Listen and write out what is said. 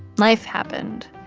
life happened.